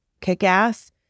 kick-ass